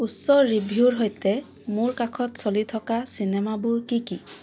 উচ্চ ৰিভিউৰ সৈতে মোৰ কাষত চলি থকা চিনেমাবোৰ কি কি